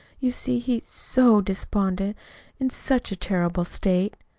you see, he's so despondent in such a terrible state!